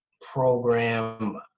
program